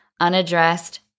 unaddressed